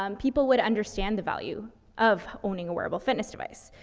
um people would understand the value of owning a wearable fitness device.